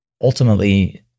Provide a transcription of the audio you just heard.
ultimately